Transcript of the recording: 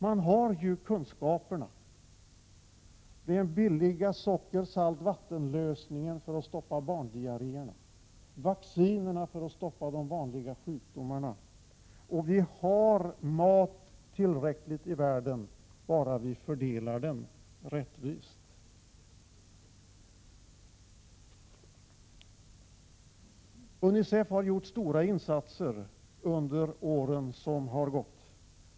Man har ju kunskaperna om den billiga blandningen av socker och salt upplöst i vatten som medel för att stoppa barndiarréerna, och om vaccinerna för att kunna stoppa de vanliga sjukdomarna. Dessutom finns det tillräckligt med mat i världen, bara vi fördelar den rättvist. UNICEF har gjort stora insatser under åren som gått.